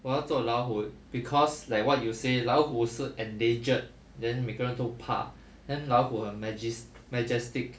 我要做老虎 cause like what you say 老虎是 endangered then 每个人都怕 then 老虎很 majes~ majestic